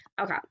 Okay